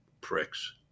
pricks